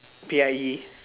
P_I_E